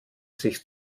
sich